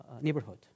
neighborhood